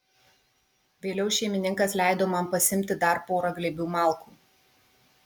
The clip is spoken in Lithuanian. vėliau šeimininkas leido man pasiimti dar porą glėbių malkų